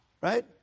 Right